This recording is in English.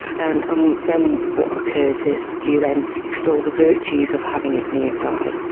and um then what occurs is you then extol the virtues of having it nearby.